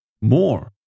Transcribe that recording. more